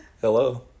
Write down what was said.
Hello